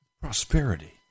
prosperity